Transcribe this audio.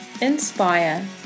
inspire